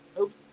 Oops